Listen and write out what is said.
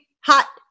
Hot